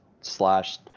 slash